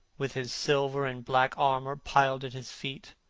with his silver-and-black armour piled at his feet.